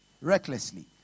recklessly